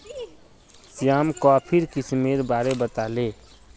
श्याम कॉफीर किस्मेर बारे बताले